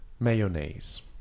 mayonnaise